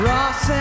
Ross